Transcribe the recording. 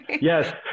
yes